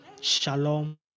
Shalom